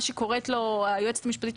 מה שקוראת לו היועצת המשפטית,